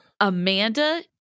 Amanda